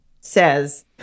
says